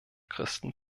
christen